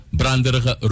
branderige